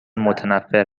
متنفر